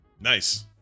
Nice